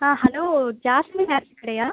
ஆ hello jasmine அரிசி கடையா